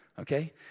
okay